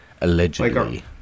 allegedly